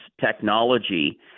technology